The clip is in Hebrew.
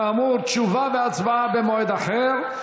כאמור תשובה והצבעה במועד אחר.